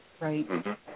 right